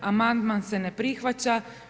Amandman se ne prihvaća.